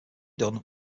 done